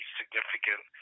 significant